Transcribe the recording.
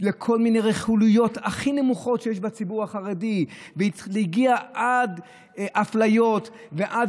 לכל מיני רכילויות הכי נמוכות שיש בציבור החרדי והגיע עד אפליות ועד